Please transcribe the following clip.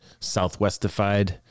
Southwestified